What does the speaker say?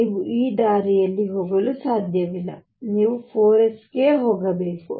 ನೀವು ಈ ದಾರಿಯಲ್ಲಿ ಹೋಗಲು ಸಾಧ್ಯವಿಲ್ಲ ನೀವು 4 ಸೆ ಗೆ ಹೋಗಬೇಕು